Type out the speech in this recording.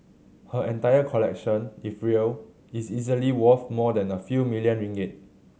her entire collection if real is easily worth more than a few million ringgit